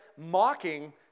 mocking